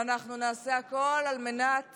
ואנחנו נעשה הכול על מנת